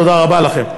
תודה רבה לכם.